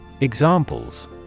Examples